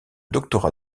doctorat